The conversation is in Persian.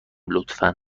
لطفا